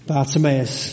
Bartimaeus